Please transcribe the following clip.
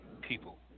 people